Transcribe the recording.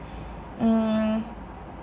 mm